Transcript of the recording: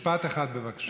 משפט אחד, בבקשה.